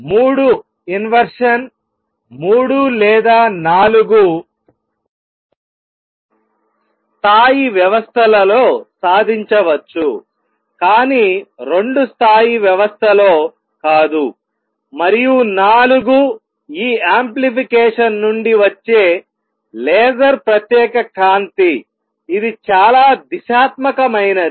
మూడు ఇన్వెర్షన్ మూడు లేదా నాలుగు స్థాయి వ్యవస్థలలో సాధించవచ్చు కానీ రెండు స్థాయి వ్యవస్థలో కాదు మరియు నాలుగు ఈ యాంప్లిఫికేషన్ నుండి వచ్చే లేజర్ ప్రత్యేక కాంతి ఇది చాలా దిశాత్మకమైనది